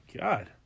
god